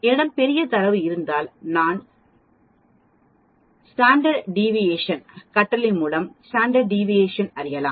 என்னிடம் பெரிய தரவு இருந்தால் நான் பிராண்டட் டிவிஷன் கட்டளை மூலம் ஸ்டாண்டர்ட் டிவிசன் அறியலாம்